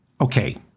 Okay